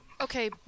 Okay